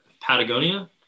Patagonia